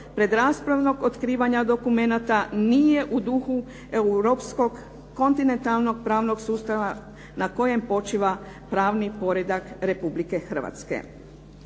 predraspravnog otkrivanja dokumenata nije u duhu europskog kontinentalnog pravnog sustava na kojem počiva pravni poredak Republike Hrvatske.